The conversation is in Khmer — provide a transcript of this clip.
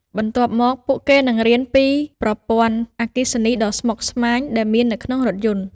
បន្ទាប់មកពួកគេនឹងរៀនពីប្រព័ន្ធអគ្គិសនីដ៏ស្មុគស្មាញដែលមាននៅក្នុងរថយន្ត។